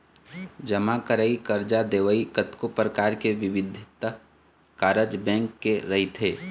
जमा करई, करजा देवई, कतको परकार के बिबिध कारज बेंक के रहिथे